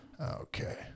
Okay